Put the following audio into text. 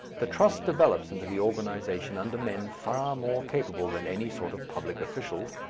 the trust develops into the organization under men far more capable than any sort of public officials,